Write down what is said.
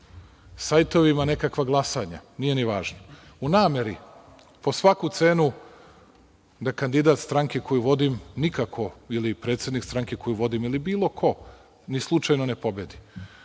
sajtovima nekakva glasanja, nije ni važno u nameri po svaku cenu da kandidat stranke koju vodim nikako ili predsednik stranke koju vodim ili bilo ko ni slučajno ne pobedi. Onda